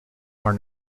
are